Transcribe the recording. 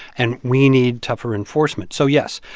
and we need tougher enforcement. so yes.